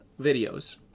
videos